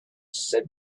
said